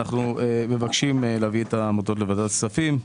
אנחנו מבקשים להביא את העמותות לוועדת כספים.